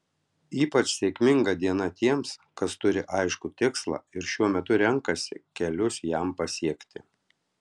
ypač sėkminga diena tiems kas turi aiškų tikslą ir šiuo metu renkasi kelius jam pasiekti